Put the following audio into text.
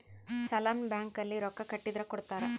challan bank ಅಲ್ಲಿ ರೊಕ್ಕ ಕಟ್ಟಿದರ ಕೋಡ್ತಾರ